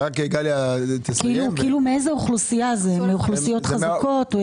מאוכלוסיות חזקות?